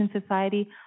Society